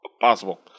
possible